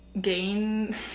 gain